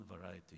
variety